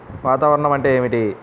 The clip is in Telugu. వాతావరణం అంటే ఏమిటి?